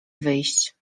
wyjść